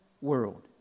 world